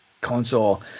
console